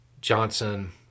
Johnson